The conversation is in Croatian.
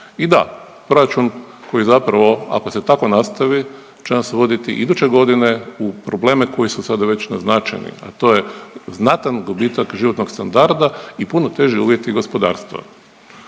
I da, proračun koji zapravo ako se tako nastavi će nas voditi iduće godine u probleme koji su sada već naznačeni, a to je znatan gubitak životnog standarda i puno teži uvjeti gospodarstva.